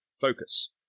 focus